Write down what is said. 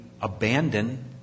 abandon